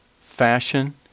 Fashion